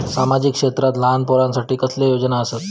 सामाजिक क्षेत्रांत लहान पोरानसाठी कसले योजना आसत?